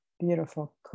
beautiful